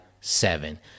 seven